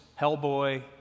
Hellboy